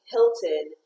Hilton